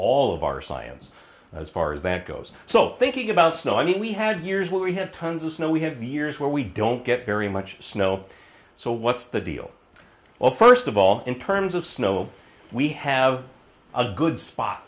all of our science as far as that goes so thinking about snow i mean we had here's what we have tons of snow we have years where we don't get very much snow so what's the deal well first of all in terms of snow we have a good spot